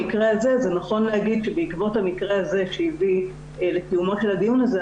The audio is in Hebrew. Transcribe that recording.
נכון להגיד שבעקבות המקרה הזה שהביא לתיאומו של הדיון הזה,